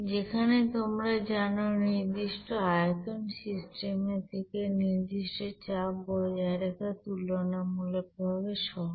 যেখানে তোমরা জানো নির্দিষ্ট আয়তনের সিস্টেমের থেকে সিস্টেমে নির্দিষ্ট চাপ বজায় রাখা তুলনামূলকভাবে সহজ